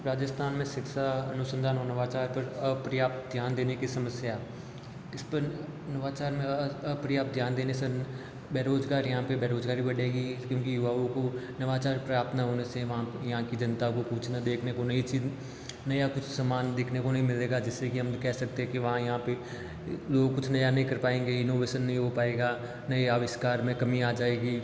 राजस्थान में शिक्षा अनुसंधान और नवाचार पर अपर्याप्त ध्यान देने की समस्या इस पर नवाचार में अपर्याप्त ध्यान देने से बेरोजगार यहाँ पर बेरोजगारी बढ़ेगी क्योंकि युवाओं को नवाचार प्राप्त न होने से वहाँ यहाँ की जनता को पूछने देखने को नई चीज़ नया कुछ समान देखने को नहीं मिलेगा जिससे कि हम कह सकते हैं कि वहाँ यहाँ पर लोग कुछ नया नहीं कर पाएंगे इनोवेशन नहीं हो पाएगा नए अविष्कार में कमी आजाएगी